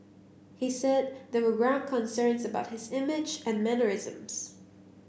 he said there were ground concerns about his image and mannerisms